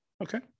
Okay